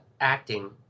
acting